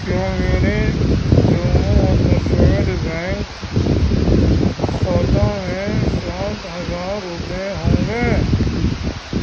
کیا میرے جموں و کشمیر بینک کھاتہ میں سات ہزار روپے ہوں گے